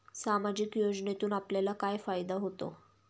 सामाजिक योजनेतून आपल्याला काय फायदा होतो?